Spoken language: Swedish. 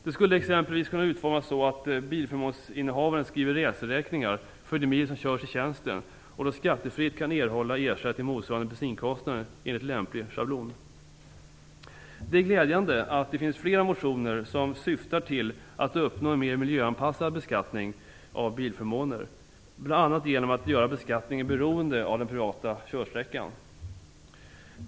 Det skulle exempelvis kunna utformas så att förmånsbilsinnehavaren skriver reseräkningar för de mil som körs i tjänsten och då skattefritt kan erhålla ersättning motsvarande bensinkostnaden enligt lämplig schablon. Det är glädjande att det finns flera motioner som syftar till att man skall uppnå en mer miljöanpassad beskattning av bilförmåner, bl.a. genom att göra beskattningen beroende av den privata körsträckan.